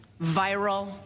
viral